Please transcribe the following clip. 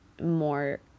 more